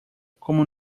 como